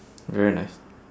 very nice